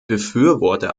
befürworte